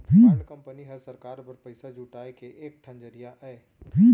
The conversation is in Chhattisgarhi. बांड कंपनी हर सरकार बर पइसा जुटाए के एक ठन जरिया अय